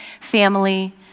family